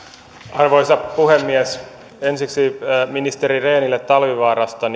arvoisa puhemies ensiksi ministeri rehnille talvivaarasta